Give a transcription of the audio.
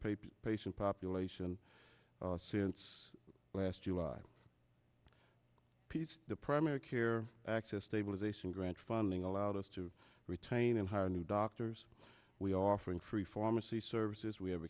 paper patient population since last july piece the primary care access stabilization grant funding allowed us to retain and hire new doctors we are offering free pharmacy services we